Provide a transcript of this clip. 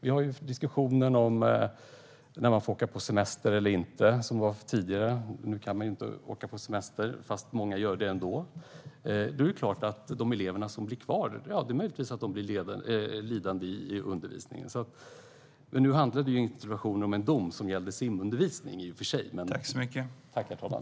Vi har den tidigare diskussionen om när man får åka på semester eller inte. Nu kan man inte åka på semester, fast många gör det ändå. Det är möjligt att de elever som blir kvar blir lidande i undervisningen. Men nu handlade interpellationen i och för sig om en dom som gällde simundervisningen.